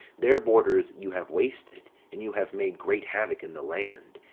their borders you have wasted, and you have made great havoc in the land,